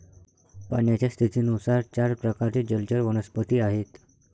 पाण्याच्या स्थितीनुसार चार प्रकारचे जलचर वनस्पती आहेत